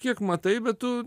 kiek matai bet tu